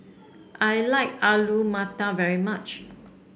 I like Alu Matar very much